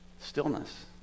stillness